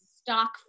Stock